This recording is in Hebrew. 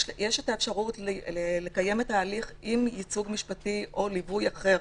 יש אפשרות לקיים את ההליך עם ייצוג משפטי או ליווי אחר,